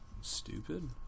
stupid